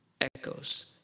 echoes